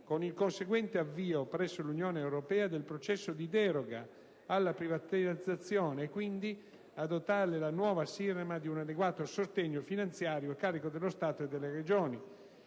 con il conseguente avvio, presso l'Unione europea, del processo di deroga alla privatizzazione e quindi a dotare la nuova Siremar di un adeguato sostegno finanziario a carico dello Stato e delle Regioni,